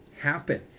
happen